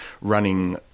running